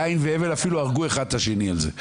קין והבל אפילו הרגו זה את זה על זה.